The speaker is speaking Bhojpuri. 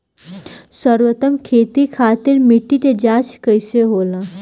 सर्वोत्तम खेती खातिर मिट्टी के जाँच कइसे होला?